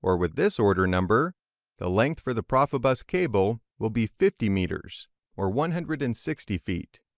or with this order number the length for the profibus cable will be fifty meters or one hundred and sixty feet.